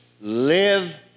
Live